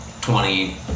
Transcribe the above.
twenty